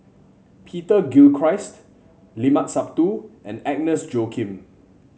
Peter Gilchrist Limat Sabtu and Agnes Joaquim